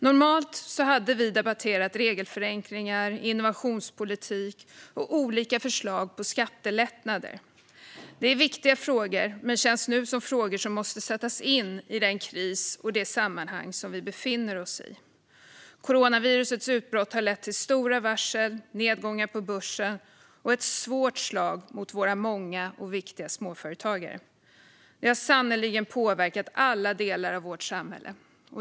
Normalt hade vi debatterat regelförenklingar, innovationspolitik och olika förslag på skattelättnader. Det är viktiga frågor, men de känns nu som frågor som måste sättas in i det sammanhang som vi befinner oss i med denna kris. Coronavirusets utbrott har lett till stora varsel och nedgångar på börsen och är ett svårt slag mot våra många och viktiga småföretagare. Det har sannerligen påverkat alla delar av vårt samhälle.